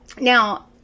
now